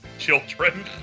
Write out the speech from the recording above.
children